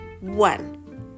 one